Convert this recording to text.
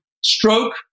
stroke